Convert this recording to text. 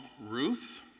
Ruth